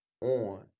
on